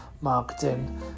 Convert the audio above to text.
marketing